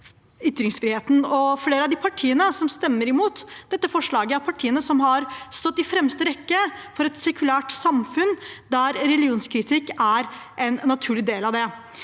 Flere av de partiene som stemmer imot dette forslaget, er partier som har stått i fremste rekke for et sekulært samfunn, der religionskritikk er en naturlig del.